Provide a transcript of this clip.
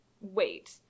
wait